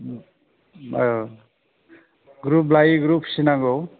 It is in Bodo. औ ग्रुप लायै ग्रुप फिसिनांगौ